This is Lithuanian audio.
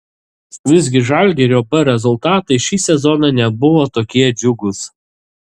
visgi žalgirio b rezultatai šį sezoną nebuvo tokie džiugūs